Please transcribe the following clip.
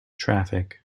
traffic